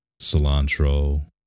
cilantro